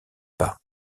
pas